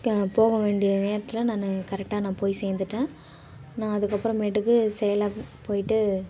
போக வேண்டிய நேரத்தில் நானு கரெக்டாக நான் போய் சேர்ந்துட்டேன் நான் அதுக்கப்புறமேட்டுக்கு சேலம் போயிட்டு